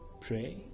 Pray